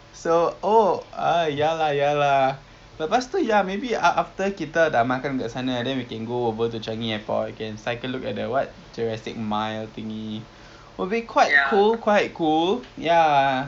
so oh ah ya lah ya lah but lepas tu ya maybe after kita dah makan duduk sana and then we can go over to changi airport can cycle look at what touristic mile thingy will be quite cool quite cool ya